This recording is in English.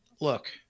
look